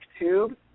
tube